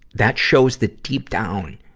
that shows that deep down,